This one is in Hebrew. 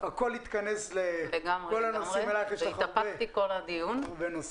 כל הנושאים התכנסו אליך, יש לך הרבה נושאים.